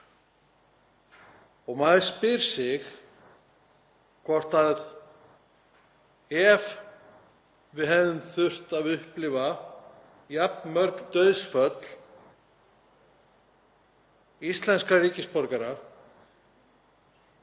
Maður spyr sig: Ef við hefðum þurft að upplifa jafnmörg dauðsföll íslenskra ríkisborgara